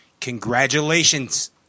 congratulations